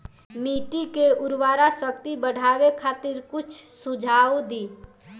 मिट्टी के उर्वरा शक्ति बढ़ावे खातिर कुछ सुझाव दी?